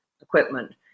equipment